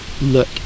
look